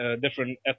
different